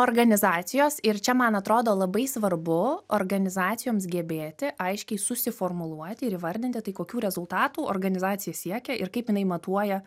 organizacijos ir čia man atrodo labai svarbu organizacijoms gebėti aiškiai susiformuluoti ir įvardinti tai kokių rezultatų organizacija siekia ir kaip jinai matuoja